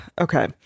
Okay